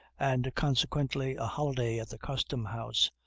and consequently a holiday at the custom-house,